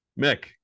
Mick